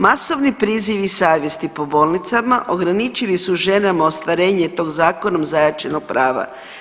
Masovni prizivi savjesti po bolnicama ograničili su ženama ostvarenje tog zakonom zajamčenog prava.